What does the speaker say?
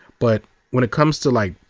but when it comes to like,